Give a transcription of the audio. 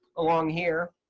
along here.